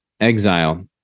exile